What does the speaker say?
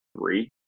three